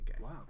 Wow